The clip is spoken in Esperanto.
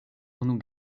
unu